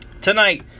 tonight